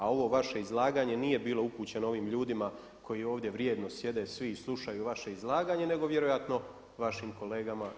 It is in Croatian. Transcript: A ovo vaše izlaganje nije bilo upućeno ovim ljudima koji ovdje vrijedno sjede svi i slušaju vaše izlaganje nego vjerojatno vašim kolegama iz kluba.